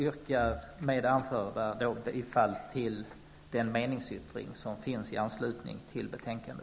Med det anförda yrkar jag bifall till den meningsyttring som finns i anslutning till betänkandet.